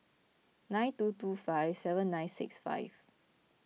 nine two two five seven nine six five